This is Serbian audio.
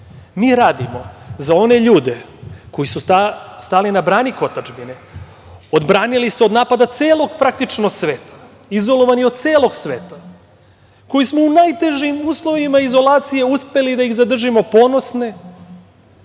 Mi radimo za one ljude koji su stali na branik otadžbine, odbranili se od napada celog praktično sveta, izolovani od celog sveta, koji smo u najtežim uslovima izolacije uspeli da ih zadržimo ponosne,